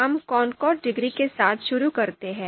हमें concord degree के साथ शुरू करते हैं